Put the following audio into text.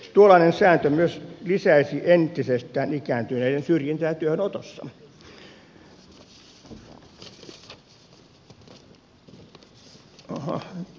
tuollainen sääntö myös lisäisi entisestään ikääntyneiden syrjintää työhönotossa